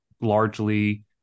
largely